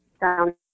down